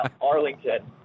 Arlington